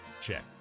check